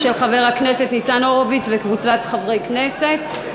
של חבר הכנסת ניצן הורוביץ וקבוצת חברי הכנסת.